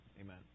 Amen